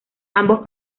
ambos